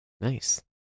Nice